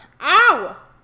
Ow